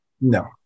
No